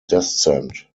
descent